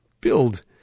build